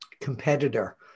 competitor